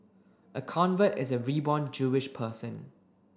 a convert is a reborn Jewish person